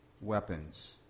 weapons